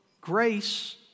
grace